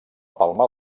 palma